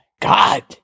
God